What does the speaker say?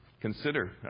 consider